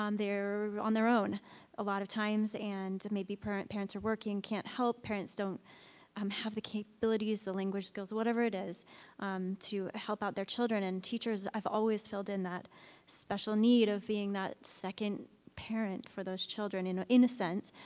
um they're on their own a lot of times, and maybe parent parents are working, can't help, parents don't um have the capabilities, the language skills, whatever it is to help out their children and teachers have always filled in that special need of being that second parent for those children, in in a sense,